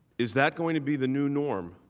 is that going to be the new norm